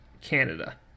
Canada